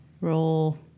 Roll